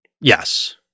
Yes